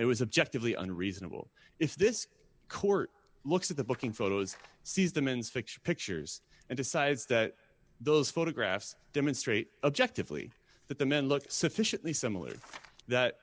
it was objective lee and reasonable if this court looks at the booking photos sees the men's fiction pictures and decides that those photographs demonstrate objectively that the men looked sufficiently similar that